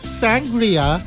sangria